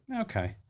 okay